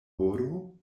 horo